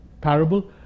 parable